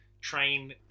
train